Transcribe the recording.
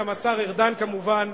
גם השר ארדן כמובן,